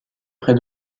près